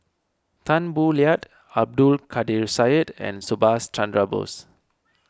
Tan Boo Liat Abdul Kadir Syed and Subhas Chandra Bose